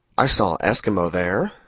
i saw esquimaux there,